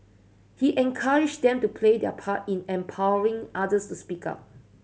he encouraged them to play their part in empowering others to speak up